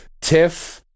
Tiff